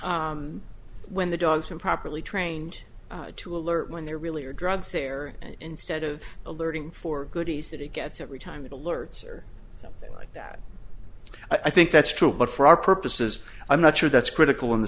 alerts when the dog's been properly trained to alert when there really are drugs there and instead of alerting for goodies that he gets every time it alerts or something like that i think that's true but for our purposes i'm not sure that's critical in the